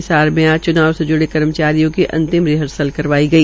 हिसार मे आज च्नाव से ज्ड़े कर्मचारियों की अंतिम रिहर्सल करवाई गई